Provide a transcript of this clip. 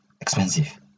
expensive